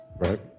Right